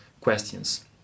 questions